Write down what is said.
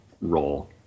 role